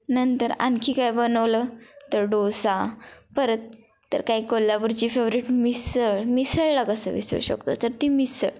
नंतर आणखी काय बनवलं तर डोसा परत तर काही कोल्हापूरची फेवरेट मिसळ मिसळला कसं विसरू शकतो तर ती मिसळ